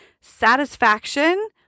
satisfaction